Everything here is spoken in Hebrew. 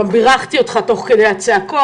גם בירכתי אותך תוך כדי הצעקות.